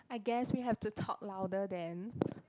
I guess we have to talk louder then